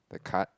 the card